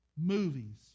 Movies